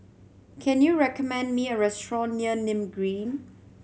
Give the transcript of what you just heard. can you recommend me a restaurant near Nim Green